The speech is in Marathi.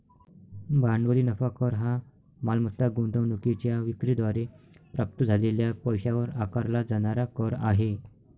भांडवली नफा कर हा मालमत्ता गुंतवणूकीच्या विक्री द्वारे प्राप्त झालेल्या पैशावर आकारला जाणारा कर आहे